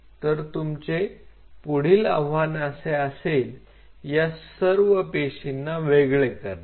तर तुमचे पुढील आव्हान असे असेल या सर्व पेशींना वेगळे करणे